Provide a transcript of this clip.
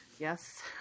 Yes